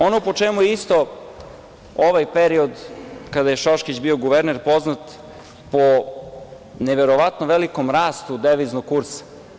Ono po čemu je isto ovaj period kada je Šoškić bio guverner poznat, jeste po neverovatnom velikom rastu deviznog kursa.